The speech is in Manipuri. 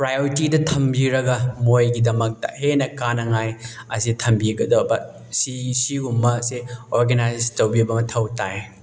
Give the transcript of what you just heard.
ꯄ꯭ꯔꯥꯏꯑꯣꯔꯤꯇꯤꯗ ꯊꯝꯕꯤꯔꯒ ꯃꯣꯏꯒꯤꯗꯃꯛꯇ ꯍꯦꯟꯅ ꯀꯥꯟꯅꯅꯉꯥꯏ ꯑꯁꯤ ꯊꯝꯕꯤꯒꯗꯕ ꯁꯤ ꯁꯤꯒꯨꯝꯕꯁꯦ ꯑꯣꯔꯒꯅꯥꯏꯖ ꯇꯧꯕꯤꯕ ꯃꯊꯧ ꯇꯥꯏ